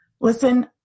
listen